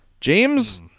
James